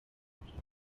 ubuhiri